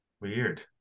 Weird